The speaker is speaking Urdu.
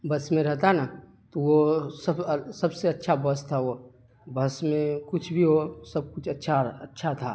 بس میں رہتا ہے نا تو وہ سب سے اچھا بس تھا وہ بس میں کچھ بھی ہو سب کچھ اچھا اچھا تھا